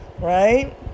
Right